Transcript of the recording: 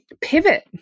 pivot